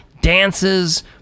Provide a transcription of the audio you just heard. dances